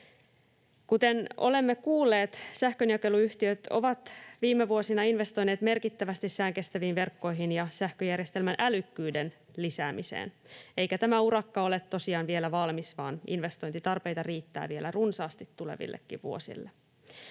Kuten olemme kuulleet, sähkönjakeluyhtiöt ovat viime vuosina investoineet merkittävästi säänkestäviin verkkoihin ja sähköjärjestelmän älykkyyden lisäämiseen, eikä tämä urakka ole tosiaan vielä valmis, vaan investointitarpeita riittää runsaasti tulevillekin vuosille.